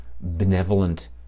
benevolent